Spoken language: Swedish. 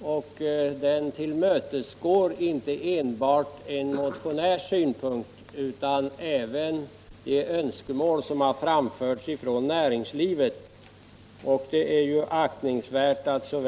Herr talman! De anföranden som har hållits här ger mig inte anledning att göra några ytterligare kommentarer utom på ett par punkter. I fråga om behovet av information och angelägenheten av att utnyttja